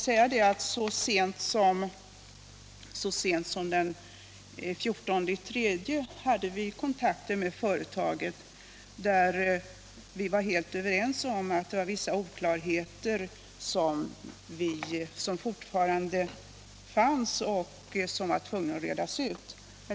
Så sent som den 14 mars hade vi kontakter med företaget, där vi var helt överens om att vissa oklarheter fortfarande måste redas ut.